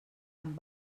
amb